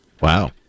Wow